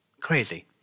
crazy